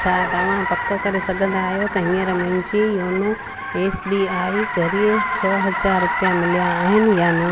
छा तव्हां पक करे सघंदा आहियो त हीअंर मुंहिंजी योनो एस बी आई ज़रिए छह हज़ार रुपिया मिलिया आहिन या न